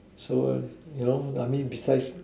so ah ya lor I mean besides